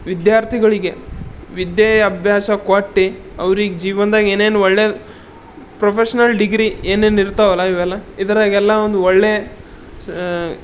ವಿದ್ಯಾರ್ಥಿಗಳಿಗೆ ವಿದ್ಯೆ ಅಭ್ಯಾಸ ಕೊಟ್ಟು ಅವ್ರಿಗೆ ಜೀವನ್ದಾಗ ಏನೇನು ಒಳ್ಳೇದು ಪ್ರೊಫೆಷ್ನಲ್ ಡಿಗ್ರಿ ಏನೇನು ಇರ್ತಾವಲ್ಲ ಇವೆಲ್ಲ ಇದರಾಗೆಲ್ಲ ಒಂದು ಒಳ್ಳೆ